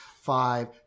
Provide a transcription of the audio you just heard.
Five